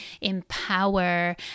empower